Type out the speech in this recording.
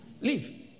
Leave